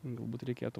galbūt reikėtų